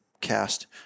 Cast